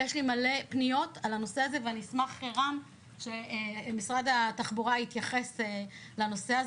יש לי הרבה פניות בנושא ואשמח שמשרד התחבורה יתייחס לנושא.